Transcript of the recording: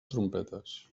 trompetes